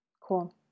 cool